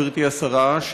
גברתי השרה,